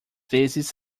vezes